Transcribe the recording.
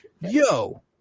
yo